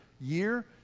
year